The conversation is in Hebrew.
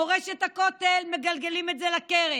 מורשת הכותל מגלגלים את זה לקרן,